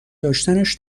داشتنش